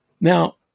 Now